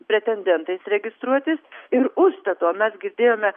pretendentais registruotis ir užstato mes girdėjome